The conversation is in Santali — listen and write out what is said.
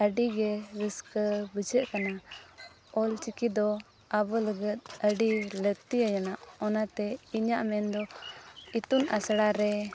ᱟᱹᱰᱤ ᱜᱮ ᱨᱟᱹᱥᱠᱟᱹ ᱵᱩᱡᱷᱟᱹᱜ ᱠᱟᱱᱟ ᱚᱞᱪᱤᱠᱤ ᱫᱚ ᱟᱵᱚ ᱞᱟᱹᱜᱤᱫ ᱟᱹᱰᱤ ᱞᱟᱹᱠᱛᱤᱭᱟᱱᱟ ᱚᱱᱟᱛᱮ ᱤᱧᱟᱹᱜ ᱢᱮᱱ ᱫᱚ ᱤᱛᱩᱱ ᱟᱥᱲᱟ ᱨᱮ